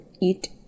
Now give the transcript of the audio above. eat